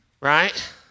right